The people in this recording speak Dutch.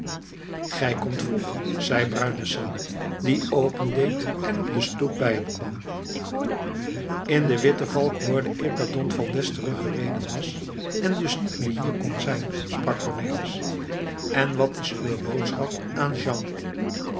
gij komt vroeg zei bruine sanne die open deed en op de stoep bij hem kwam in de witte valk hoorde ik dat don valdez terug gereden was en dus niet meer hier kon zijn sprak cornelis en wat is uwe boodschap aan